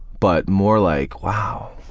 but more like wow,